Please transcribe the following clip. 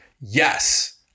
yes